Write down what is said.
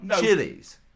Chilies